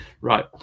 Right